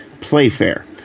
Playfair